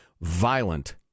violent